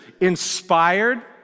inspired